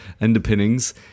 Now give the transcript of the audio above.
underpinnings